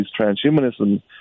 transhumanism